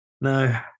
No